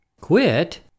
Quit